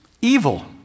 Evil